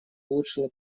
улучшила